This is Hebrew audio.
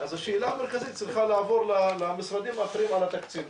אז השאלה המרכזית צריכה לעבור למשרדים האחראים על התקציב,